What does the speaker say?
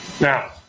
Now